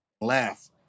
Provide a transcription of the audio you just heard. laugh